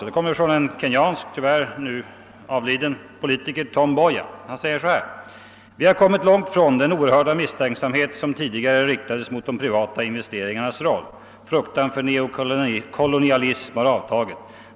Det kommer från en kenyansk, tyvärr numera avliden, politiker, Tom Mboya. Han säger: » Vi har kommit långt från den oerhörda misstänksamhet som tidigare riktades mot de privata investeringarnas roll. Fruktan för neokolonialism har avtagit.